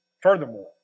furthermore